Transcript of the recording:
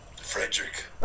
Frederick